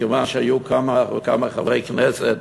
מכיוון שהיו כמה וכמה חברי כנסת